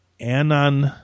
Anon